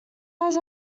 eyes